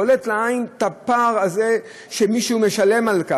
בולט לעין הפער הזה שמישהו משלם עליו.